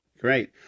Great